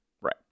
Right